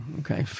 Okay